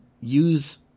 use